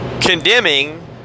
condemning